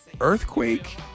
Earthquake